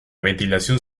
ventilación